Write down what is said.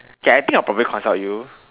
K I think I'll probably consult you